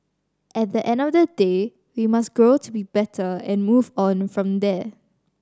at the end of the day we must grow to be better and move on from there